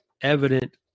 evident